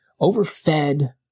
overfed